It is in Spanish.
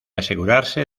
asegurarse